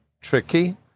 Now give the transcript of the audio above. tricky